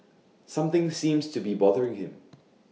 something seems to be bothering him